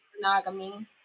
monogamy